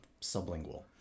sublingual